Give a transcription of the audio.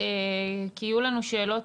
כן, אבל אם אנחנו נעשה פחות